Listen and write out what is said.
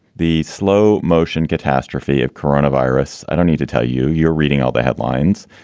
the slow motion catastrophe of coronavirus. i don't need to tell you you're reading all the headlines.